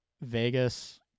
Vegas